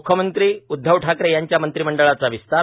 म्ख्यमंत्री उध्दव ठाकरे यांच्या मंत्रिमंडळाचा विस्तार